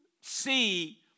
see